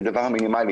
את הדבר המינימלי,